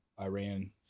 Iran